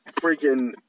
freaking